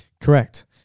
Correct